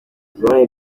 florent